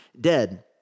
dead